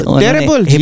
terrible